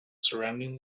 surrounding